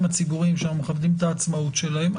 הציבוריים שאנו מכבדים את העצמאות שלהם.